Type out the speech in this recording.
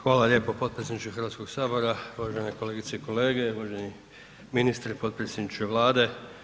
Hvala lijepo potpredsjedniče Hrvatskoga sabora, uvažene kolegice i kolege, uvaženi ministre, potpredsjedniče Vlade.